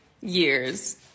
years